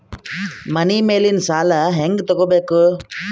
ಮನಿ ಮೇಲಿನ ಸಾಲ ಹ್ಯಾಂಗ್ ತಗೋಬೇಕು?